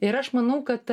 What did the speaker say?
ir aš manau kad